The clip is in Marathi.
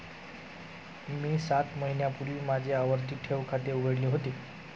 मी सात महिन्यांपूर्वी माझे आवर्ती ठेव खाते उघडले होते